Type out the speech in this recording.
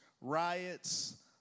riots